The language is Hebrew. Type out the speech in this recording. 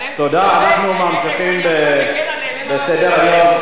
אנחנו ממשיכים בסדר-היום.